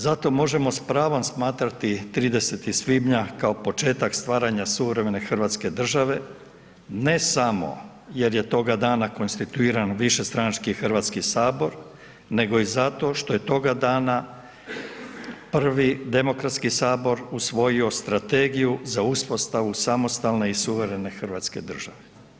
Zato možemo s pravom smatrati 30. svibnja kao početak stvaranja suvremene hrvatske države, ne samo jer je toga dana konstituiran višestranački HS, nego i zato što je toga dana prvi demokratski sabor usvojio strategiju za uspostavu samostalne i suverene hrvatske države.